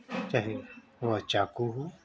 चाहे वह चाक़ू हो